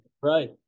Right